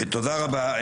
תודה רבה.